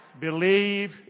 believe